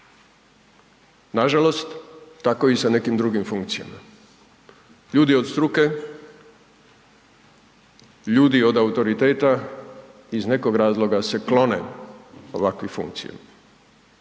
Nažalost tako i sa nekim drugim funkcijama, ljudi od struke, ljudi od autoriteta, iz nekog razloga se klone ovakvih funkcija.